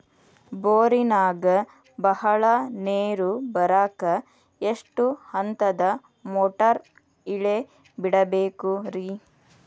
ಬೋರಿನಾಗ ಬಹಳ ನೇರು ಬರಾಕ ಎಷ್ಟು ಹಂತದ ಮೋಟಾರ್ ಇಳೆ ಬಿಡಬೇಕು ರಿ?